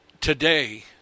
today